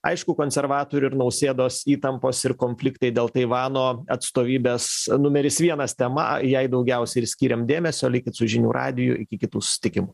aišku konservatorių ir nausėdos įtampos ir konfliktai dėl taivano atstovybės numeris vienas tema jai daugiausiai ir skyrėm dėmesio likit su žinių radiju iki kitų susitikimų